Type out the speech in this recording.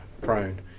prone